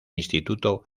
instituto